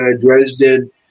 Dresden